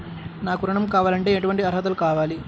నాకు ఋణం కావాలంటే ఏటువంటి అర్హతలు కావాలి?